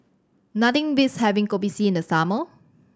nothing beats having Kopi C in the summer